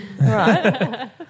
Right